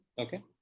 Okay